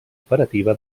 operativa